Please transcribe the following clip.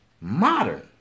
modern